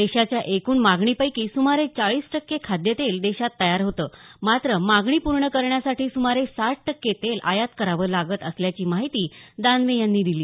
देशाच्या एकूण मागणीपैकी सुमारे चाळीस टक्के खाद्यतेल देशात तयार होतं मात्र मागणी पूर्ण करण्यासाठी सुमारे साठ टक्के तेल आयात करावं लागत असल्याची माहिती दानवे यांनी दिली